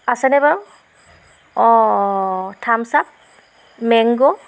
আছেনে বাৰু অঁ অঁ অঁ থামচাপ মেংগো